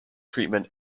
treatment